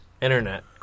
Internet